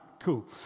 cool